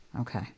Okay